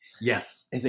Yes